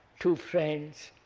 two friends,